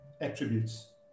attributes